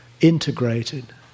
integrated